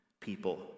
people